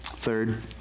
Third